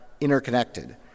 interconnected